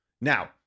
Now